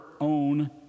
own